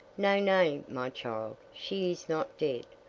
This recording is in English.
nay, nay, my child, she is not dead,